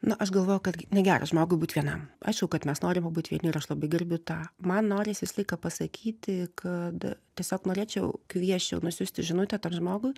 na aš galvoju kad negera žmogui būt vienam aišku kad mes norim pabūt vieni ir aš labai gerbiu tą man norisi visą laiką pasakyti kad tiesiog norėčiau kviesčiau nusiųsti žinutę tam žmogui